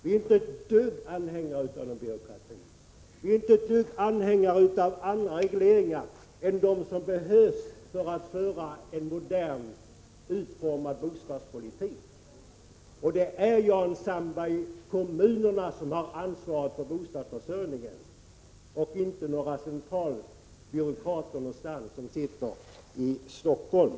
Vi är inte ett dugg några anhängare av byråkrati och andra regler än dem som behövs för att föra en modernt utformad bostadspolitik. Det är, Jan Sandberg, kommunerna som har ansvaret för bostadsförsörjningen och inte några centralbyråkrater som sitter i Stockholm.